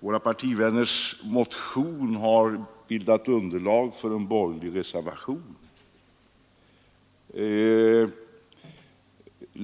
våra partivänners motion har bildat underlag för en borgerlig reservation.